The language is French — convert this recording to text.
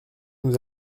nous